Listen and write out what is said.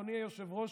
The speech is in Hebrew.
אדוני היושב-ראש,